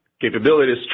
capabilities